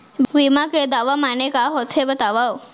बीमा के दावा माने का होथे बतावव?